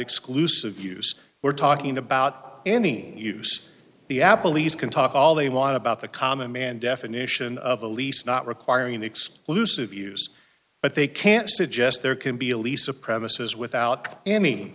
exclusive use we're talking about any use the apple lease can talk all they want about the common man definition of a lease not requiring exclusive use but they can't suggest there can be a lease a premises without any